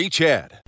Chad